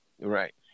Right